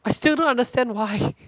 I still don't understand why